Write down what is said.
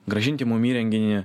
grąžinti mum įrenginį